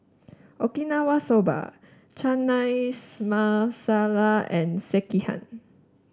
Okinawa Soba Chana Masala and Sekihan